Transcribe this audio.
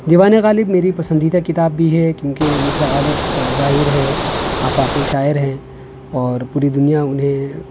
دیوان غالب میری پسندیدہ کتاب بھی ہے کیونکہ مرزا غالب ظاہر ہے آفاقی شاعر ہیں اور پوری دنیا انہیں